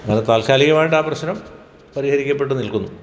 അത് താൽക്കാലികമായിട്ട് ആ പ്രശ്നം പരിഹരിക്കപ്പെട്ടു നിൽക്കുന്നു